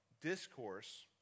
discourse